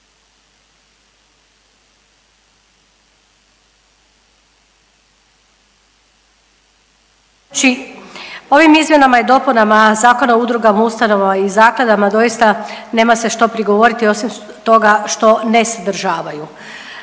ovim izmjenama i dopunama Zakona o udrugama, ustanovama i zakladama doista nema se što prigovoriti osim toga što ne sadržavaju.